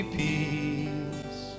peace